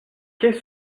qu’est